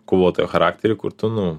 kovotojo charakterį kur tu nu